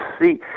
see